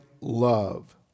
love